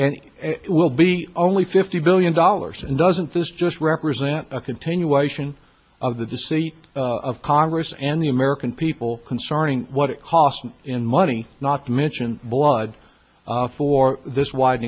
and it will be only fifty billion dollars and doesn't this just represent a continuation of the deceit of congress and the american people concerning what it cost in money not to mention blood for this wide